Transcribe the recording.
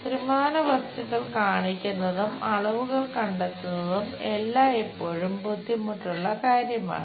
ത്രിമാന വസ്തുക്കൾ കാണിക്കുന്നതും അളവുകൾ കണ്ടെത്തുന്നതും എല്ലായ്പ്പോഴും ബുദ്ധിമുട്ടുള്ള കാര്യമാണ്